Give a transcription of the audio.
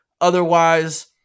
Otherwise